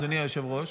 אדוני היושב-ראש,